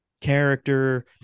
character